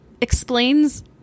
explains